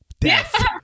death